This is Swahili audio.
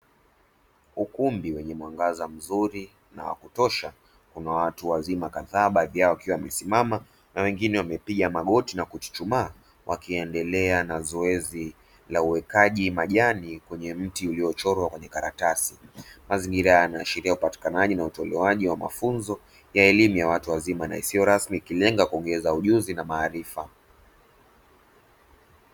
Ukumbi wenye mwangaza mzuri na wakutosha kuna watu wazima kadhaa baadhi yao wakiwa wamesimama na wengine wamepiga magoti na kuchuchumaa wakiendelea na zoezi la uwekaji majani kwenye mti uliyochorwa kwenye karatasi. Mazingira haya yanaashiria upatikanaji na utolewaji wa mafunzo ya elimu ya watu wazima na isiyo rasmi ikilenga kuongeza ujuzi na maarifa.